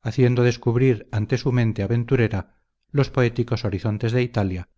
haciendo descubrir ante su mente aventurera los poéticos horizontes de italia